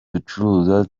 ducuruza